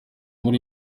muri